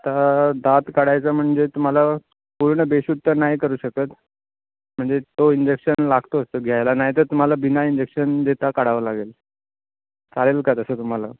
आता दात काढायचं म्हणजे तुम्हाला पूर्ण बेशुद्ध तर नाही करू शकत म्हणजे तो इंजेक्शन लागतो असतो घ्यायला नाही तर तुम्हाला बिना इंजेक्शन देता काढावं लागेल चालेल का तसं तुम्हाला